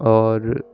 اور